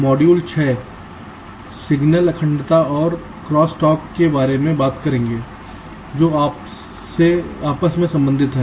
module छह signal अखंडता और क्रॉस टॉक के बारे में बात करेगा जो आपस में संबंधित हैं